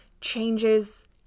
changes